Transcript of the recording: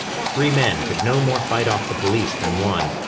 three men could no more fight off the police than one,